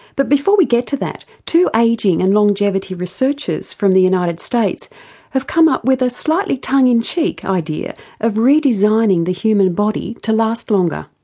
but before we get to that two ageing and longevity researchers from the united states have come up with a slightly tongue-in-cheek idea of redesigning the human body to last longer.